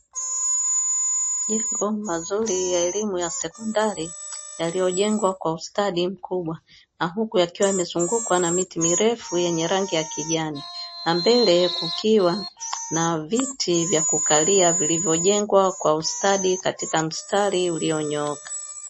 Majengo mazuri ya elimu ya sekondari. Yaliyojengwa kwa ustadi mkubwa. Huku yakiwa yamezungukwa na miti mirefu yenye rangi ya kijani. Na mbele kukiwa na viti vya kukalia vilivyojengwa kwa ustadi katika mstari ulionyooka."